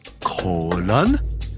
colon